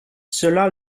cela